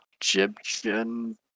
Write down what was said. Egyptian